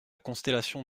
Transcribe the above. constellation